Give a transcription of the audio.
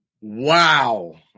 Wow